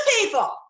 people